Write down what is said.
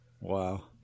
Wow